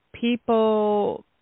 people